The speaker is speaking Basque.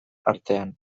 artean